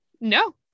No